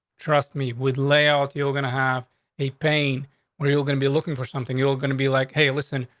trust me with layout, you're gonna have a pain where you're gonna be looking for something you're gonna be like, hey, listen,